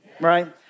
right